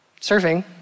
surfing